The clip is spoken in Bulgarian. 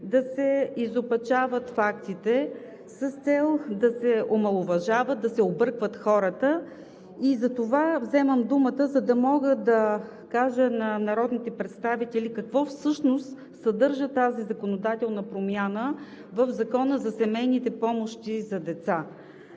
да се изопачават фактите с цел да се омаловажава, да се объркват хората. Затова вземам думата, за да мога да кажа на народните представители какво всъщност съдържа тази законодателна промяна в Закона за семейните помощи за деца.